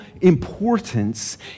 importance